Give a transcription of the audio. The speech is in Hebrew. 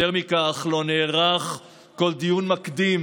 יותר מכך, לא נערך כל דיון מקדים